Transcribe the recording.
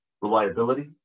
reliability